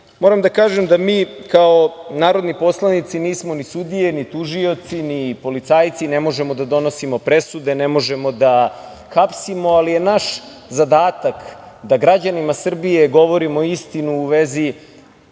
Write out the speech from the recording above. Moram da kažem da mi kao narodni poslanici nismo ni sudije, ni tužioci, ni policajci i ne možemo da donosimo presude, ne možemo da hapsimo, ali je naš zadatak da građanima Srbije govorimo istinu u vezi